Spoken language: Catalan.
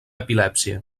epilèpsia